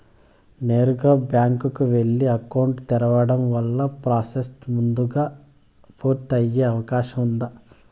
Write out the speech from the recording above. నేరుగా బ్యాంకు కు వెళ్లి అకౌంట్ తెరవడం వల్ల ప్రాసెస్ ముందుగా పూర్తి అయ్యే అవకాశం ఉందా?